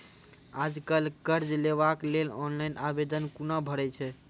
आज कल कर्ज लेवाक लेल ऑनलाइन आवेदन कूना भरै छै?